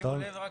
תומר רק